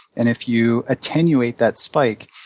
and if you attenuate that spike,